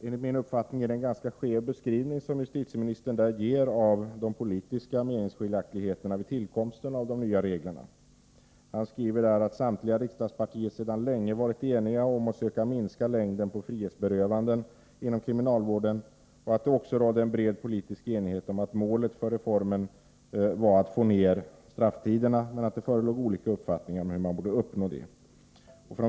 Enligt min uppfattning är det en ganska skev bild som justitieministern där ger av de politiska meningsskiljaktigheterna vid tillkomsten av de nya reglerna. Han skriver att samtliga riksdagspartier sedan länge varit eniga om att söka minska längden på frihetsberövandena inom kriminalvården, att det också rådde en bred politisk enighet om målet för reformen, att få ner strafftiden, men att det förelåg olika uppfattningar om hur man borde uppnå det målet.